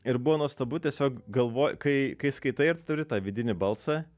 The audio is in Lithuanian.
ir buvo nuostabu tiesiog galvoji kai kai skaitai ir turi tą vidinį balsą